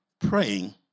Praying